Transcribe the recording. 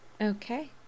okay